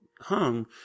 hung